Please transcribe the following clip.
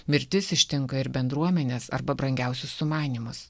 mirtis ištinka ir bendruomenes arba brangiausius sumanymus